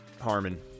Harmon